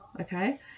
okay